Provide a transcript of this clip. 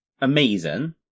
amazing